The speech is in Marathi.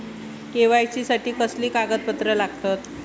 के.वाय.सी साठी कसली कागदपत्र लागतत?